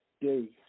Day